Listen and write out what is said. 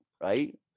right